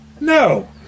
no